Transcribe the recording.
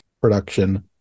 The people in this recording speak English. production